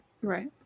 Right